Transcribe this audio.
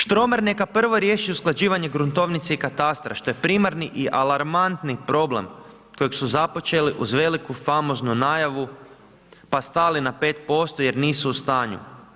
Štromer neka prvo riješi usklađivanje gruntovnice i katastra, što je primarni i alarmantni problem, kojeg su započeli uz veliku, famoznu najavu, pa stali na 5% jer nisu u stanju.